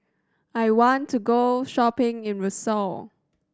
I want to go shopping in Roseau